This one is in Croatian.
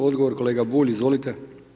Odgovor kolega Bulj, izvolite.